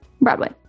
broadway